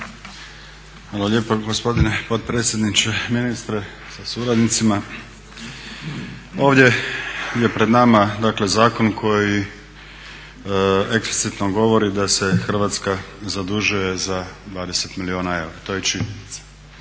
Hvala lijepa gospodine potpredsjedniče. Ministre sa suradnicima. Ovdje je pred nama dakle zakon koji eksplicitno govori da se Hrvatska zadužuje za 20 milijuna eura, to je činjenica,